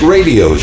Radio